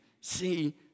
see